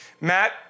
Matt